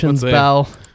bell